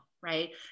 right